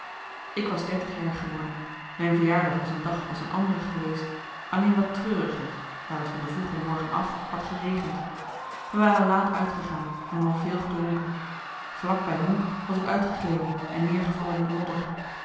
ik was dertig jaar geworden mijn verjaardag was een dag als een andere geweest alleen wat treuriger daar het van de vroege morgen af had geregend marcellus emants een nagelaten bekentenis wij waren laat uitgegaan en hadden veel gedronken vlak bij honk was ik uitgegleden en neergevallen in de modder